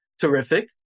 terrific